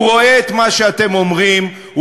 הוא רואה את מה שאתם אומרים,